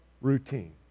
routine